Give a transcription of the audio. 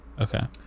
Okay